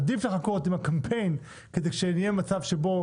עדיף לחכות עם הקמפיין כדי שנהיה במצב שבו